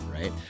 right